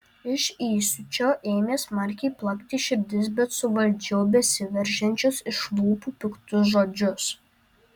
iš įsiūčio ėmė smarkiai plakti širdis bet suvaldžiau besiveržiančius iš lūpų piktus žodžius